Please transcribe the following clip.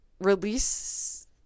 release